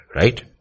right